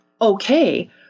okay